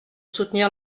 soutenir